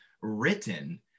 written